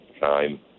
time